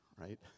right